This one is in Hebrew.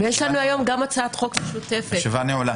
הישיבה נעולה.